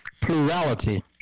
plurality